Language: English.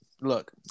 look